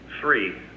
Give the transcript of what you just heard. Three